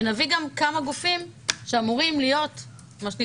ונביא גם כמה גופים שאמורים להיות בתחום